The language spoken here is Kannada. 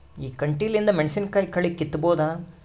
ಈ ಕಂಟಿಲಿಂದ ಮೆಣಸಿನಕಾಯಿ ಕಳಿ ಕಿತ್ತಬೋದ?